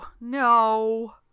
no